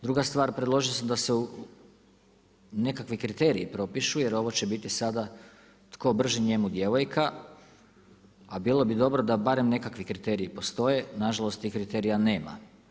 Druga stvar, predložio sam da se nekakvi kriteriji propišu jer ovi će biti sada „tko brži, njemu djevojka“, a bilo bi dobro da barem nekakvi kriteriji postoje, nažalost tih kriterija nema.